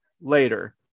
later